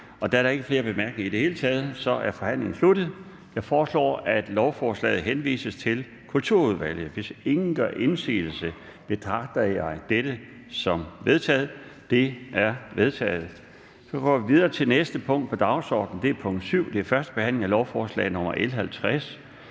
Da der ikke er flere, der har bedt om ordet, er forhandlingen sluttet. Jeg foreslår, at lovforslaget henvises til Kulturudvalget. Hvis ingen gør indsigelse, betragter jeg dette som vedtaget. Det er vedtaget. --- Det sidste punkt på dagsordenen er: 8) 1. behandling af lovforslag nr.